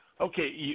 Okay